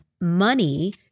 money